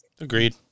Agreed